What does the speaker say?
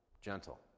gentle